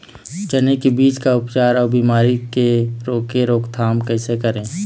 चने की बीज का उपचार अउ बीमारी की रोके रोकथाम कैसे करें?